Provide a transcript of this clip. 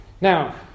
Now